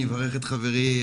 אני מברך את חברי,